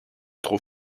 trop